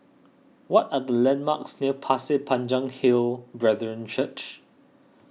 what are the landmarks near Pasir Panjang Hill Brethren Church